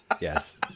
Yes